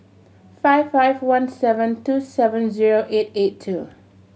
five five one seven two seven zero eight eight two